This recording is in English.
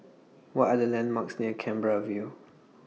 What Are The landmarks near Canberra View